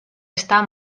está